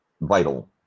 vital